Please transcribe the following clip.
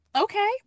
Okay